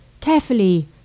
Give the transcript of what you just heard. Carefully